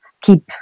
keep